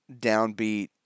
downbeat